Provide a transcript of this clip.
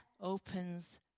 Opens